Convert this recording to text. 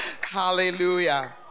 Hallelujah